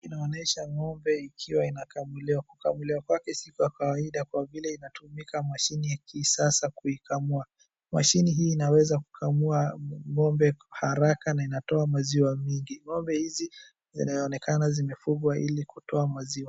Inaonyesha ng'ombe ikiwa inakamuliwa. Kukamuliwa kwake si kawaida kwa vile inatumika mashini ya kisasa kuikamua. Mashini hii inaweza kukamua ng'ombe haraka na inatoa maziwa mingi. Ng'ombe hizi zinaonekana zimefugwa hili kutoa maziwa.